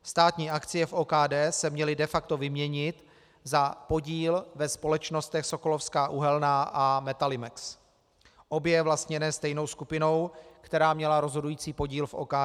Státní akcie v OKD se měly de facto vyměnit za podíl ve společnostech Sokolovská uhelná a Metalimex, obě vlastněné stejnou skupinou, která měla rozhodující podíl v OKD.